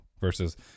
versus